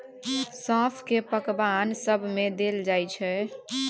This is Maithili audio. सौंफ केँ पकबान सब मे देल जाइ छै